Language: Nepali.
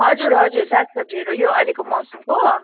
हजुर हजुर सागसब्जीहरू यो अहिलेको मौसमको